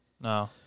No